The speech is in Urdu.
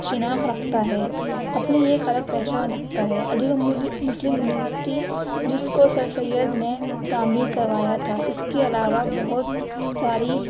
شناخت رکھتا ہے اپنی ایک الگ پہچان رکھتا ہے علی گڑھ مسلم یونیوسٹی جس کو سر سید نے تعمیر کروایا تھا اس کے علاوہ بہت ساری